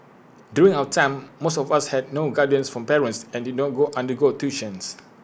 during our time most of us had no guidance from parents and did not undergo tuition